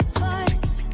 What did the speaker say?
twice